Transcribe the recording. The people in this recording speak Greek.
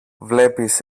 βλέπεις